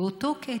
ובאותו קטע,